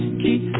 keep